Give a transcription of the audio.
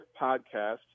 podcast